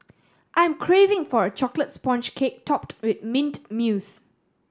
I am craving for a chocolate sponge cake topped with mint mousse